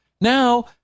Now